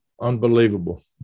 Unbelievable